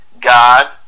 God